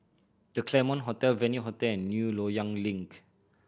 The Claremont Hotel Venue Hotel and New Loyang Link